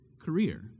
career